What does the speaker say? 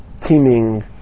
teeming